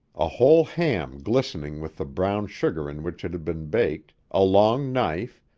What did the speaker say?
a whole ham glistening with the brown sugar in which it had been baked, a long knife,